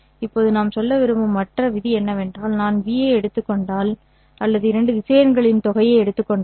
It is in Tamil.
இப்போது நாம் சொல்ல விரும்பும் மற்ற விதி என்னவென்றால் நான் v' ஐ எடுத்துக் கொண்டால் அல்லது இரண்டு திசையன்களின் தொகையை எடுத்துக் கொண்டால்